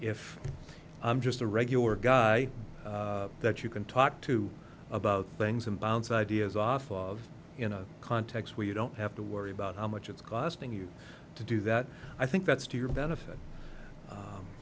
if i'm just a regular guy that you can talk to about things and bounce ideas off of in a context where you don't have to worry about how much it's costing you to do that i think that's to your benefit